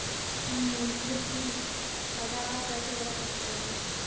हम मूंगफली की पैदावार कैसे बढ़ा सकते हैं?